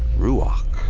ruakh.